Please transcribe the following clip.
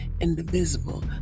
indivisible